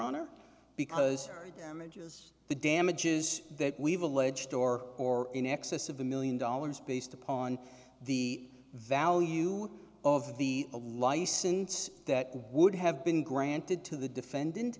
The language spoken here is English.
honor because the damages the damages that we've alleged or or in excess of a one million dollars based upon the value of the license that would have been granted to the defendant